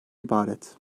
ibaret